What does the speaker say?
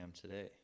today